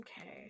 okay